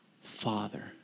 Father